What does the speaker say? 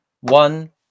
one